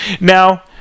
now